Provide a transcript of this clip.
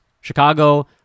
Chicago